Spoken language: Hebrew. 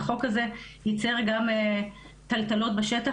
החוק הזה ייצר גם טלטלות בשטח,